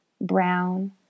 brown